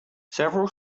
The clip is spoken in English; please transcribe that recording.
several